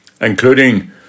including